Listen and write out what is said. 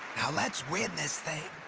let's win this thing!